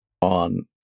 on